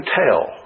tell